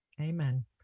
amen